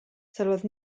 sylwodd